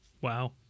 Wow